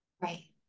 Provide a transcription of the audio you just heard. Right